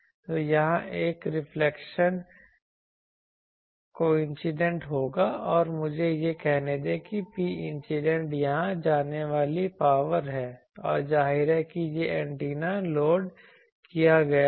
तो यहां एक रिफ्लेक्शन कॉएफिशिएंट होगा और मुझे यह कहने दें कि Pincident यहां जाने वाली पावर है और जाहिर है कि यह एंटीना लोड किया गया है